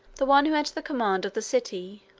the one who had the command of the city,